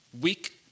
weak